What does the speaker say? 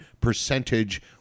percentage